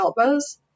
elbows